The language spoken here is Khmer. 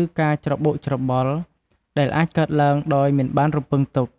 ឬការច្របូកច្របល់ ដែលអាចកើតឡើងដោយមិនបានរំពឹងទុក។